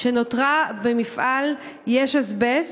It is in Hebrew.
שנותרה במפעל "ישאזבסט".